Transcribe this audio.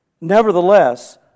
Nevertheless